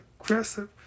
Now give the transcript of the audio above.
aggressive